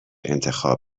انتخاب